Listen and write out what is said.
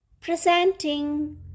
Presenting